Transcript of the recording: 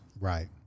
Right